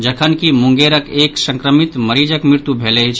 जखनकि मुंगेरक एक संक्रमित मरीजक मृत्यु भेल अछि